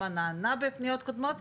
מה נענה בפניות קודמות.